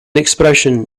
expression